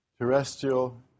terrestrial